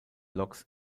loks